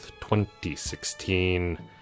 2016